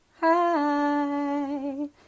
Hi